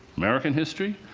american history,